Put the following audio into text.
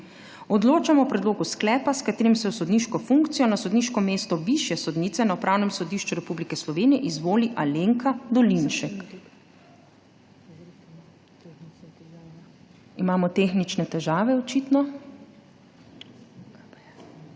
Odločamo o predlogu sklepa, s katerim se v sodniško funkcijo na sodniško mesto višje sodnice na Upravnem sodišču Republike Slovenije izvoli Alenka Dolinšek. Očitno imamo tehnične težave.